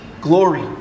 glory